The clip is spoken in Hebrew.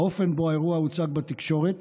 האופן שבו האירוע הוצג בתקשורת